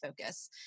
focus